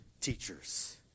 teachers